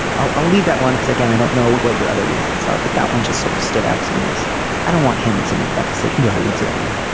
i'll i'll leave that one because again i don't know what your other reasons are but that one just sort of stood out to me as i don't want him to make that decision right. exactly.